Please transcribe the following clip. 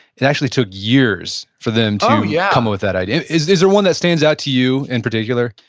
it actually took years for them to oh, yeah! come up with that idea. is there there one that stands out to you in particular?